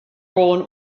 role